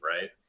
right